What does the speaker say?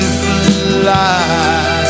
fly